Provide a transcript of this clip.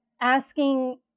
asking